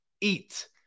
eat